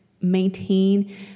maintain